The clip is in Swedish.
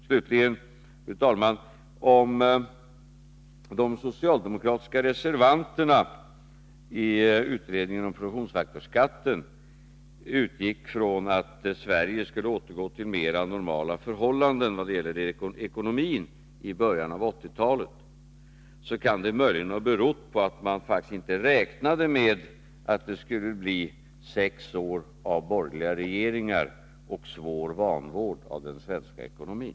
Slutligen, fru talman: Om de socialdemokratiska reservanterna i utredningen om produktionsfaktorsskatten utgick från att Sverige skulle återgå till mer normala ekonomiska förhållanden i början av 1980-talet, kan det möjligen ha berott på att de faktiskt inte räknade med att det skulle bli sex år av borgerliga regeringar och svår vanvård av den svenska ekonomin.